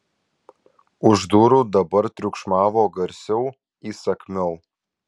už durų dabar triukšmavo garsiau įsakmiau